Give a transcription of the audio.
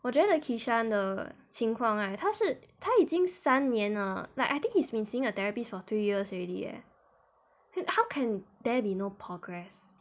我觉得 kishan 的情况 right 他是他已经三年了 like I think he's been seeing a therapist for two years already leh how can there be no progress